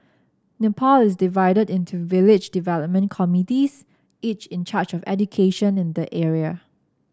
Nepal is divided into village development committees each in charge of education in the area